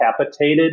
capitated